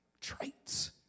traits